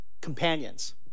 companions